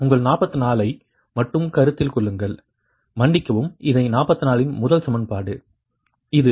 உங்கள் 44 ஐ மட்டும் கருத்தில் கொள்ளுங்கள் மன்னிக்கவும் இதை 44 இன் முதல் சமன்பாடு இது